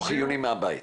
לא חיוני מהבית.